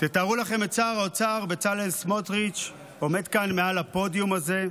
תתארו לכם את שר האוצר בצלאל סמוטריץ' עומד כאן מעל הפודיום הזה,